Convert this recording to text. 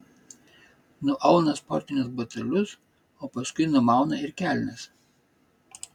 nuauna sportinius batelius o paskui numauna ir kelnes